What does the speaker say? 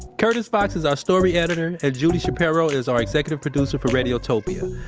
curtis fox is our story editor and julie shapiro is our executive producer for radiotopia.